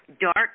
dark